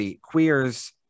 queers